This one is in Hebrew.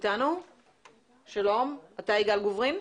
בהשכלתי אני מהנדס בניין, בוגר הטכניון.